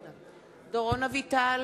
(קוראת בשמות חברי הכנסת) דורון אביטל,